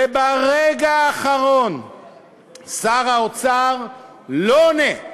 וברגע האחרון שר האוצר לא עונה,